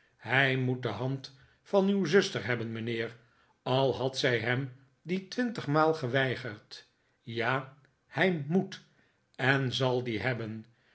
hij moet de hand van uw zuster hebben mijnheer al had zij hem die twintigmaal geweigerd ja hij moet en zal die hebben